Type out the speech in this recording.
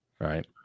Right